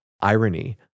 irony